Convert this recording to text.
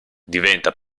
diventa